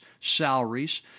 salaries